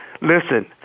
listen